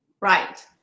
Right